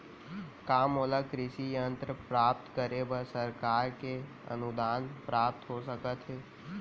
का मोला कृषि यंत्र प्राप्त करे बर सरकार से अनुदान प्राप्त हो सकत हे?